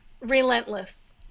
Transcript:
relentless